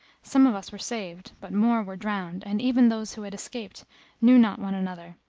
some of us were saved, but more were drowned and even those who had escaped knew not one another,